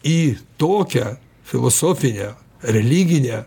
į tokią filosofinę religinę